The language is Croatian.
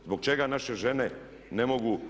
Zbog čega naše žene ne mogu